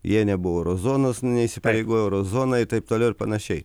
jie nebuvo euro zonos nu neįsipareigojo euro zonoj taip toliau ir panašiai